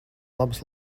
labas